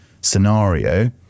scenario